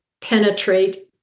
penetrate